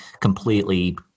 completely